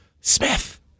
Smith